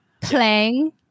playing